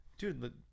Dude